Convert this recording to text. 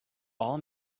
all